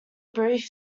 brief